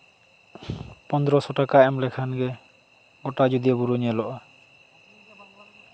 ᱯᱚᱱᱫᱽᱨᱚ ᱥᱚ ᱴᱟᱠᱟ ᱮᱢ ᱞᱮᱠᱷᱟᱱ ᱜᱮ ᱜᱚᱴᱟ ᱟᱡᱚᱫᱤᱭᱟᱹ ᱵᱩᱨᱩ ᱧᱮᱞᱚᱜᱼᱟ